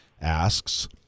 asks